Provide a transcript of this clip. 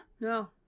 No